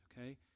okay